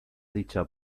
dicha